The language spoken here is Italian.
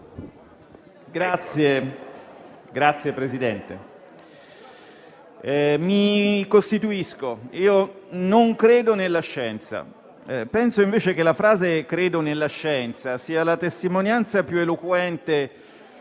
Signor Presidente, mi costituisco: non credo nella scienza. Penso invece che la frase «credo nella scienza» sia la testimonianza più eloquente